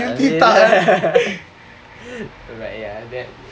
guilty tak eh